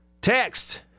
Text